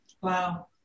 Wow